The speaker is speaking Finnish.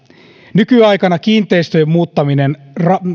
nykyaikana kiinteistöjen muuttaminen